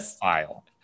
file